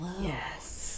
yes